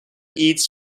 eats